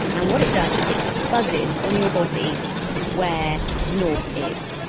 and what it does is it buzzes on your body where north is.